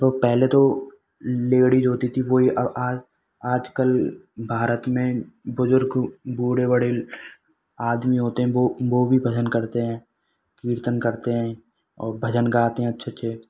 तो पहले तो लेडीज होती थी वो ही अब आज आज कल भारत में बुजुर्ग बूढ़े बड़े आदमी होते हैं वो वो भी भजन करते हैं कीर्तन करते हैं और भजन गाते हैं अच्छे अच्छे